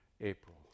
April